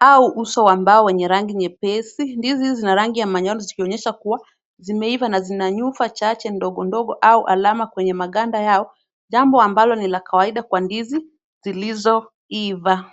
au uso wa mbao wenye rangi nyepesi. Ndizi hizi zina rangi ya manjano zikionyesha kuwa zimeiva na zina nyufa chache ndogondogo au alama kwenye maganda yao, jambo ambalo ni la kawaida kwa ndizi zilizoiva.